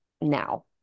now